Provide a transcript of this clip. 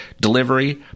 delivery